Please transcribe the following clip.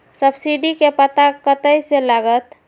Subsidy के पता कतय से लागत?